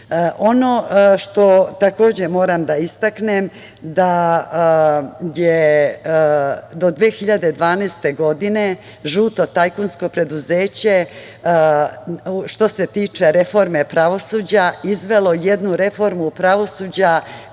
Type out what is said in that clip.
što takođe moram da istaknem da je do 2012. godine žuto tajkunsko preduzeće što se tiče reforme pravosuđa izvelo jednu reformu pravosuđa